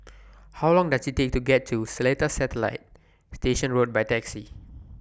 How Long Does IT Take to get to Seletar Satellite Station Road By Taxi